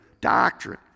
doctrine